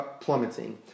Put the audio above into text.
plummeting